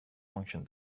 function